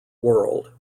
world